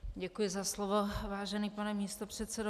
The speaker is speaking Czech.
Děkuji za slovo, vážený pane místopředsedo.